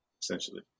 essentially